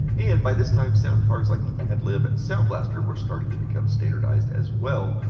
and by this time sound cards like the ad-lib and sound blaster were starting to become standardized as well.